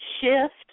shift